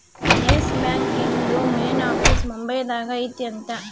S Bank ಇಂದು main office Mumbai ದಾಗ ಐತಿ ಅಂತ